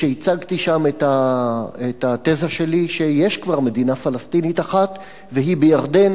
כשהצגתי שם את התזה שלי שיש כבר מדינה פלסטינית אחת והיא בירדן,